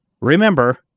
remember